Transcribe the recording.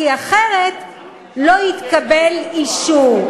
כי אחרת לא יתקבל אישור.